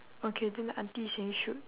okay then the auntie saying shoot